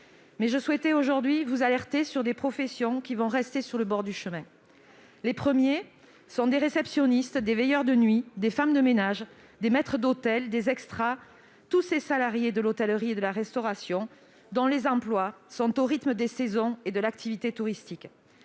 le Gouvernement sur un certain nombre de professionnels qui vont rester sur le bord du chemin. Les premiers sont des réceptionnistes, des veilleurs de nuit, des femmes de ménage, des maîtres d'hôtel, des extras, tous ces salariés de l'hôtellerie et de la restauration, dont les emplois sont au rythme des saisons et de l'activité touristique.